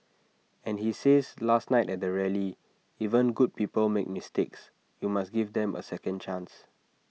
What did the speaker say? and he says last night at the rally even good people make mistakes you must give them A second chance